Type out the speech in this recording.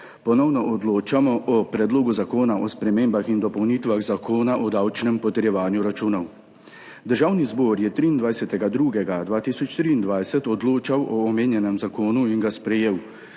Ponovno odločamo o Predlogu zakona o spremembah in dopolnitvah Zakona o davčnem potrjevanju računov. Državni zbor je 23. 2. 023 odločal o omenjenem zakonu in ga sprejel.